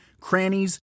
crannies